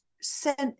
sent